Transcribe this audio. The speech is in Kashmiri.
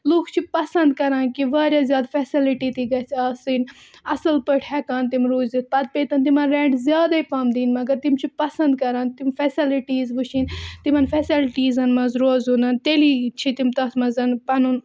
لُکھ چھِ پَسنٛد کَران کہِ واریاہ زیادٕ فیسَلٹی تہِ گژھِ آسٕنۍ اَصٕل پٲٹھۍ ہیٚکان تِم روٗزِتھ پَتہٕ پیتَن تِمَن رٮ۪نٛٹ زیادَے پَہَم دِنۍ مگر تِم چھِ پَسنٛد کَران تِم فیسَلٹیٖز وٕچھِنۍ تِمَن فیسَلٹیٖزن منٛز روزُن تیٚلی چھِ تِم تَتھ منٛز پَنُن